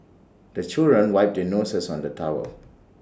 the children wipe their noses on the towel